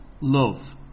love